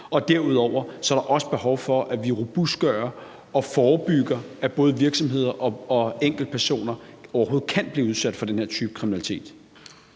Og derudover er der også behov for, at vi robustgør det og forebygger, at både virksomheder og enkeltpersoner overhovedet kan blive udsat for den her type kriminalitet.